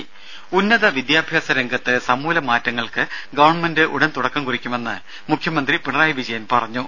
രുര ഉന്നത വിദ്യാഭ്യാസ രംഗത്ത് സമൂല മാറ്റങ്ങൾക്ക് ഗവൺമെന്റ് ഉടൻ തുടക്കം കുറിക്കുമെന്ന് മുഖ്യമന്ത്രി പിണറായി വിജയൻ പറഞ്ഞു